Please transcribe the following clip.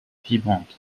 vibrante